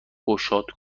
گشاد